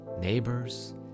neighbors